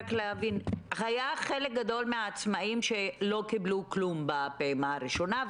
חלק גדול מהעצמאים לא קיבלו כלום בפעימה הראשונה,